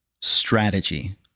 strategy